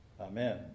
amen